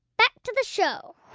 back to the show